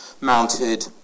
Mounted